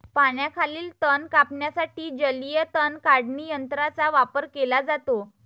पाण्याखालील तण कापण्यासाठी जलीय तण काढणी यंत्राचा वापर केला जातो